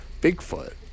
Bigfoot